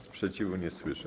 Sprzeciwu nie słyszę.